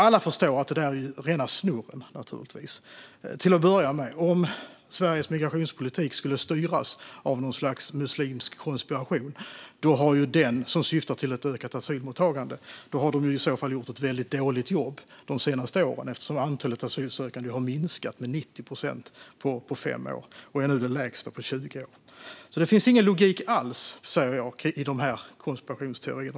Alla förstår att detta är rena snurren. Om Sveriges migrationspolitik skulle styras av ett slags muslimsk konspiration som syftar till ett ökat asylmottagande har den i så fall gjort ett dåligt jobb de senaste åren eftersom antalet asylsökande har minskat med 90 procent på 5 år och nu är den lägsta på 20 år. Det finns alltså ingen logik i denna konspirationsteori.